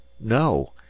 No